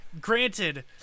granted